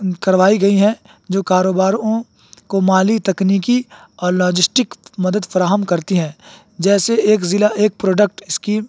کروائی گئی ہیں جو کاروباروں کو مالی تکنیکی اور لاجسٹک مدد فراہم کرتی ہیں جیسے ایک ضلع ایک پروڈکٹ اسکیم